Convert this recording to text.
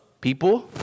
people